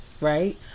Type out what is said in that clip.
right